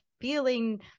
feeling